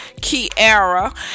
Kiara